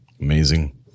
Amazing